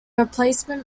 replacement